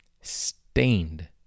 Stained